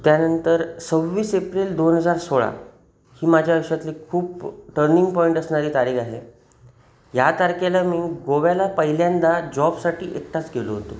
त्यानंतर सव्वीस एप्रिल दोन हजार सोळा ही माझ्या आयुष्यातली खूप टर्निंग पॉईंट असणारी तारीख आहे ह्या तारखेला मी गोव्याला पहिल्यांदा जॉबसाठी एकटाच गेलो होतो